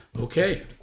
Okay